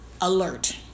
alert